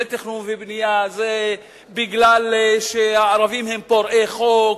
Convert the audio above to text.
התכנון והבנייה זה מפני שהערבים הם פורעי חוק,